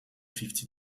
fifty